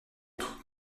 troupes